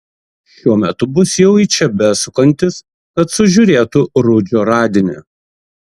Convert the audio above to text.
šiuo metu bus jau į čia besukantis kad sužiūrėtų rudžio radinį